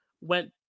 went